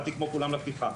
באתי כמו כולם לפתיחה,